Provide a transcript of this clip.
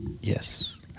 Yes